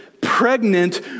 pregnant